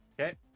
Okay